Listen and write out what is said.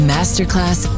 Masterclass